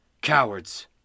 Cowards